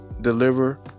deliver